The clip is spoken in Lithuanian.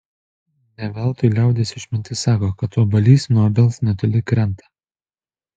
ne veltui liaudies išmintis sako kad obuolys nuo obels netoli krenta